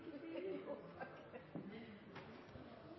ikke lyttet til